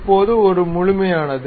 இப்போது இது முழுமையானது